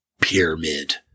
pyramid